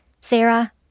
Sarah